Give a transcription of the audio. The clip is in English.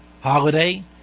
holiday